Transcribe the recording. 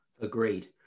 agreed